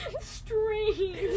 strange